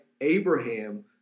Abraham